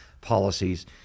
policies